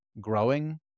growing